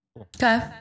Okay